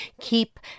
keep